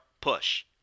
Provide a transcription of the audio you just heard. push